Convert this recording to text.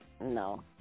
No